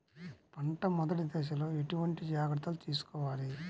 పంట మెదటి దశలో ఎటువంటి జాగ్రత్తలు తీసుకోవాలి?